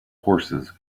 horses